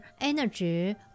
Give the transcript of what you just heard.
energy